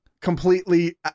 completely